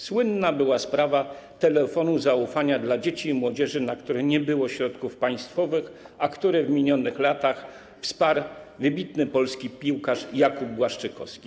Słynna była sprawa telefonu zaufania dla dzieci i młodzieży, na który nie było środków państwowych, a który w minionych latach wsparł wybitny polski piłkarz Jakub Błaszczykowski.